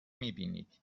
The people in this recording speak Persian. میبینید